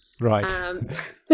right